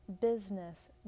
business